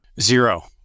Zero